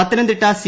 Pathanamthitta C